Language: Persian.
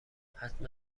حتما